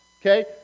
Okay